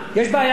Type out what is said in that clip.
יש בעיה של,